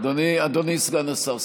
אדוני סגן השר,